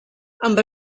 amb